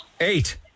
Eight